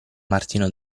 martino